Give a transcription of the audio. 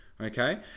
Okay